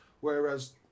Whereas